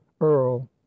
Earl